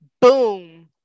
boom